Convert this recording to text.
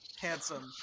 handsome